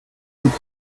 coûte